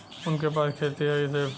उनके पास खेती हैं सिर्फ